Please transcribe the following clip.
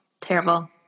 terrible